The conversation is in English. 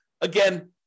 Again